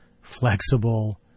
flexible